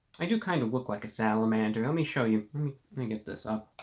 i do kind of look like a salamander. let me show you let me give this up